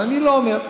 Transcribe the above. אבל אני לא אומר.